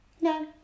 No